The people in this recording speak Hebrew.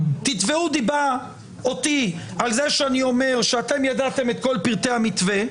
תתבעו דיבה אותי על זה שאני אומר שאתם ידעתם את כל פרטי המתווה,